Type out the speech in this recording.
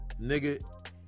nigga